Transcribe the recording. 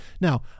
Now